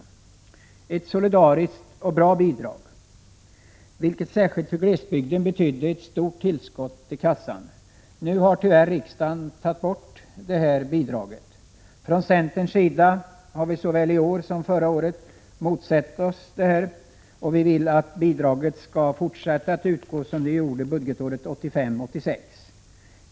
Det var ett solidariskt och bra bidrag, vilket särskilt för glesbygden betydde ett stort tillskott till kassan. Nu har riksdagen tyvärr tagit bort detta bidrag. Från centerns sida har vi såväl i år som förra året motsatt oss detta, och vi vill att bidraget skall fortsätta att utgå som det gjorde budgetåret 1985/86.